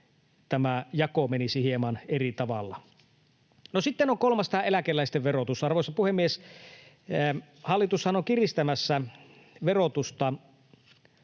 tämä jako menisi hieman eri tavalla. No, sitten on kolmas, tämä eläkeläisten verotus. Arvoisa puhemies, hallitushan on kiristämässä verotusta